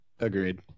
agreed